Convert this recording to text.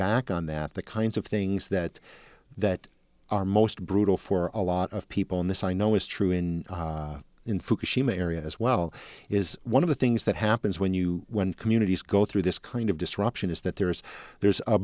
back on that the kinds of things that that are most brutal for a lot of people in this i know is true in in fukushima area as well is one of the things that happens when you when communities go through this kind of disruption is that there's there's a